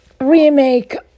remake